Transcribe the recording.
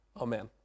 Amen